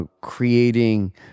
creating